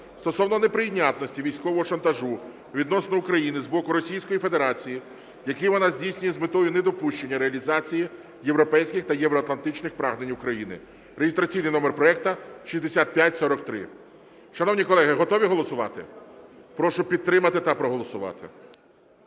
стосовно неприйнятності військового шантажу відносно України з боку Російської Федерації, який вона здійснює з метою недопущення реалізації європейських та євроатлантичних прагнень України (реєстраційний номер проекту 6543). Шановні колеги, готові голосувати? Прошу підтримати та проголосувати.